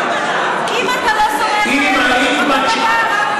כי אם אתה לא סומך עליי, אותו הדבר.